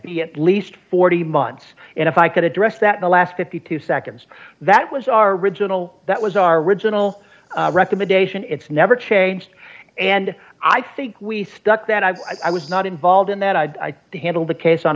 it least forty months and if i could address that the last fifty two seconds that was our original that was our original recommendation it's never changed and i think we stuck that i was not involved in that i had to handle the case on